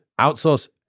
Outsource